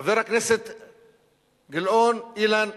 חבר הכנסת גילאון, אילן,